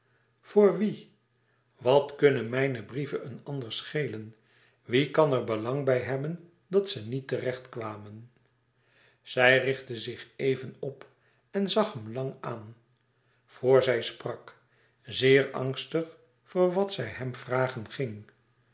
voor wien wat kunnen mijne brieven een ander schelen wie kan er belang bij hebben dat ze niet terecht kwamen zij richtte zich even op en zag hem lang aan voor zij sprak zeer angstig voor wat zij hem vragen ging